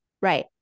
Right